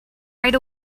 right